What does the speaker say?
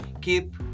keep